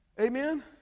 Amen